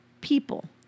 people